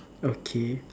okay